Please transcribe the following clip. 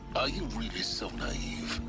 you really so naive?